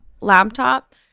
laptop